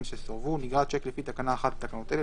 שסורבו נגרע השיק לפי תקנה מאחת מתקנות אלה,